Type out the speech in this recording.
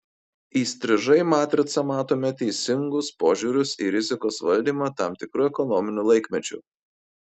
įstrižai matricą matome teisingus požiūrius į rizikos valdymą tam tikru ekonominiu laikmečiu